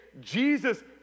Jesus